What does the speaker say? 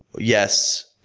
yes,